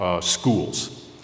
schools